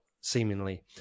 seemingly